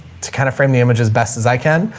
to kind of frame the image as best as i can.